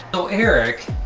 so eric,